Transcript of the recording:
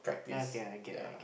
ya okay I get you I get